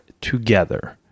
together